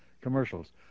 commercials